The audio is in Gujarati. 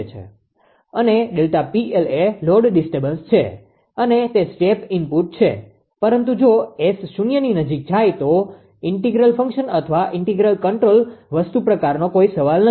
અને ΔPL એ લોડ ડિસ્ટર્બન્સ છે અને તે સ્ટેપ ઇનપુટ છે પરંતુ જો S શૂન્યની નજીક જાય છે તો ઇન્ટિગ્રલ ફંક્શન અથવા ઇન્ટિગલ કંટ્રોલર વસ્તુ પ્રકારનો કોઈ સવાલ નથી